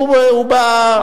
הוא בא,